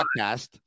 podcast